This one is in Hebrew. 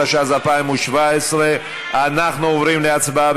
התשע"ז 2017. אנחנו עוברים להצבעה,